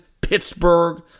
Pittsburgh